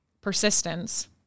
Persistence